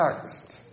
text